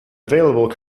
available